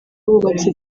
wubatse